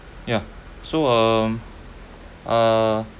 yeah so um uh